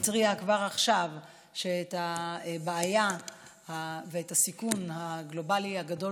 התריע עכשיו שהבעיה והסיכון הגלובלי הגדול